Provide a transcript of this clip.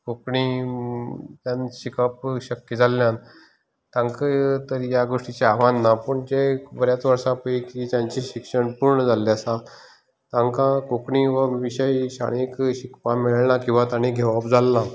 कोंकणी तल्यान शिकप शक्य जाल्ल्यान तांकां तर ह्या गोश्टीचें आव्हान ना पूण जे बऱ्याच वर्सां पैकी जांचें शिक्षण पूर्ण जाल्लें आसा तांकां कोंकणी हो विशय शाळेक शिकपाक मेळना किंवा तांणी घेवप जालेना